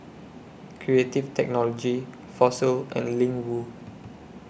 Creative Technology Fossil and Ling Wu